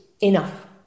Enough